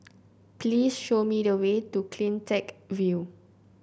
please show me the way to CleanTech View